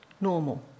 normal